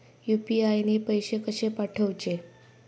UPI ने पैशे कशे पाठवूचे?